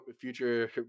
future